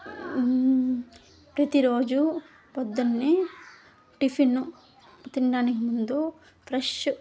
ప్రతిరోజూ పొద్దున్నే టిఫిను తినడానికి ముందు ఫ్రెష్